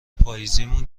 پاییزیمون